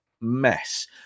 mess